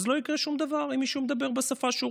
אז לא יקרה שום דבר אם מישהו מדבר בשפה שבה